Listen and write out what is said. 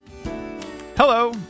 hello